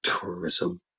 tourism